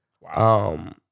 Wow